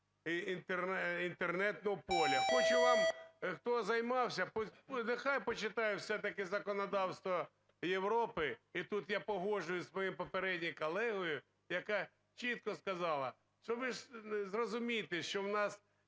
і до сфери інтернетного поля. Хочу вам, хто займався, хай почитає все-таки законодавство Європи, і тут я погоджуюсь з моїм попереднім колегою, яка чітко сказала, що ви ж зрозумійте, що в нас